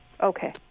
Okay